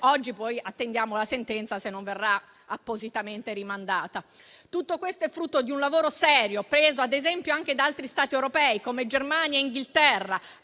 Oggi attendiamo la sentenza, se non verrà appositamente rimandata. Tutto questo è frutto di un lavoro serio, preso ad esempio anche da altri Stati europei, come Germania e Inghilterra;